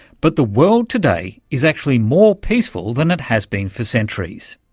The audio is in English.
but the world today is actually more peaceful than it has been for centuries.